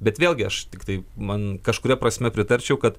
bet vėlgi aš tiktai man kažkuria prasme pritarčiau kad